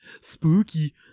spooky